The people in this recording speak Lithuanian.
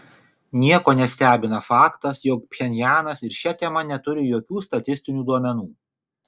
nieko nestebina faktas jog pchenjanas ir šia tema neturi jokių statistinių duomenų